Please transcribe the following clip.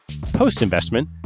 Post-investment